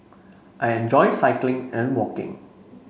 I enjoy cycling and walking